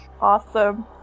awesome